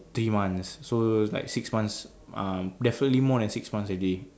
three months so like six months uh definitely more than six months already